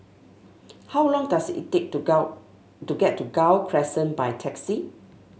how long does it take to Gul to get to Gul Crescent by taxi